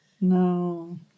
No